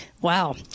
Wow